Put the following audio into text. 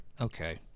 Okay